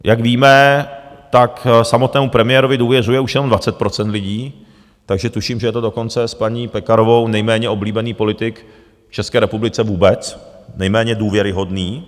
Jak víme, tak samotnému premiérovi důvěřuje už jenom 20 % lidí, takže tuším, že je to dokonce s paní Pekarovou nejméně oblíbený politik v České republice vůbec, nejméně důvěryhodný.